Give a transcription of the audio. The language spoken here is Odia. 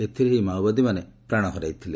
ଏଥିରେ ଏହି ମାଓବାଦୀମାନେ ପ୍ରାଣ ହରାଇଛନ୍ତି